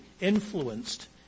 influenced